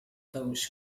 those